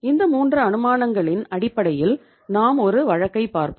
இந்த மூன்று அனுமானங்களின் அடிப்படையில் நாம் ஒரு வழக்கை பார்ப்போம்